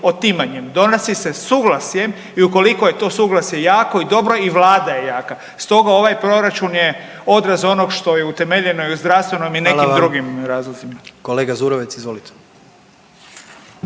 donosi se suglasjem i ukoliko je to suglasje jako i dobro i Vlada je jaka. Stoga ovaj proračun je odraz onog što je utemeljeno i u zdravstvenom i nekim drugim razlozima.